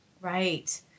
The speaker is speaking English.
Right